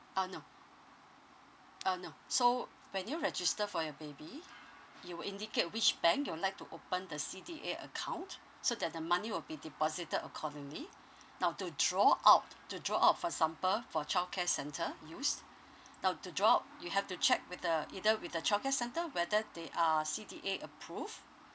uh no uh no so when you register for your baby you will indicate which bank you would like to open the C_D_A account so that the money will be deposited accordingly now to draw out to draw out for example for childcare centre use now to draw you have to check with the either with the childcare centre whether they are C_D_A approved